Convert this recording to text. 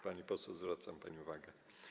Pani poseł, zwracam pani uwagę.